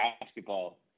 basketball